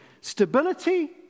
Stability